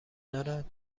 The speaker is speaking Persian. دارد